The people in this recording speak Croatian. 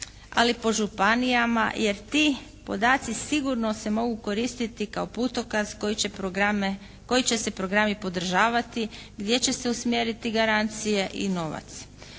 ali po županijama jer ti podaci sigurno se mogu koristiti kao putokaz koji će se programi podržavati, gdje će se usmjeriti garancije i novac.